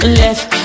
left